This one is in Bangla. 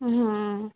হুম